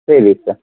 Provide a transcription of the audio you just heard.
சரி சார்